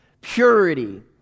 Purity